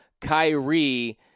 Kyrie